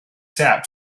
sap